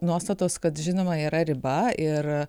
nuostatos kad žinoma yra riba ir